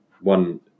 one